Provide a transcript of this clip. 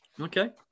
Okay